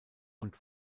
und